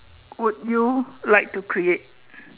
would you like to create